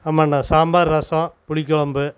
ஆமாண்ணா சாம்பார் ரசம் புளிக்குழம்பு